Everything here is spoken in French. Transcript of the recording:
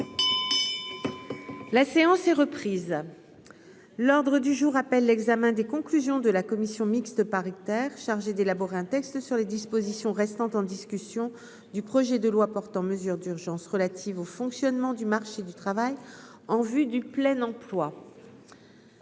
La séance est reprise, l'ordre du jour appelle l'examen des conclusions de la commission mixte paritaire chargée d'élaborer un texte sur les dispositions restant en discussion du projet de loi portant mesures d'urgence relatives au fonctionnement du marché du travail en vue du plein emploi.